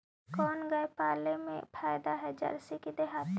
कोन गाय पाले मे फायदा है जरसी कि देहाती?